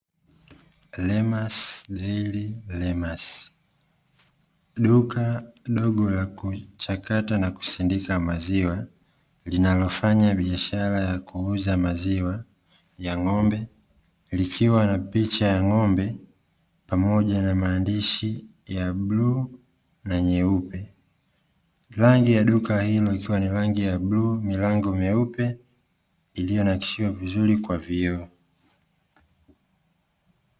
"Lemas Dairy Lemas" duka dogo la kuchakata na kusindika maziwa linalofanya biashara ya kuuza maziwa ya ng'ombe likiwa na picha ya ng'ombe pamoja na maandishi ya bluu na nyeupe, rangi ya duka hilo likiwa ni rangi ya bluu milango meupe iliyonakishiwa vizuri kwa vioo.